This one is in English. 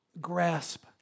grasp